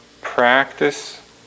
practice